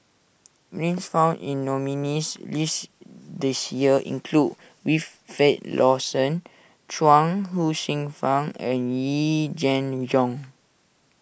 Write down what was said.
names found in nominees' list this year include Wilfed Lawson Chuang Hsueh Fang and Yee Jenn Jong